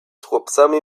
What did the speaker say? chłopcami